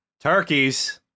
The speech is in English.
Turkeys